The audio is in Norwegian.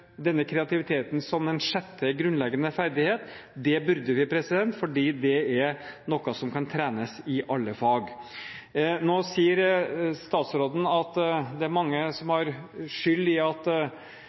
denne kreativiteten som en sjette grunnleggende ferdighet. Det burde vi gjøre, for det er noe som kan trenes opp i alle fag. Nå sier statsråden at det er mange som